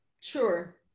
sure